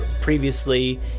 previously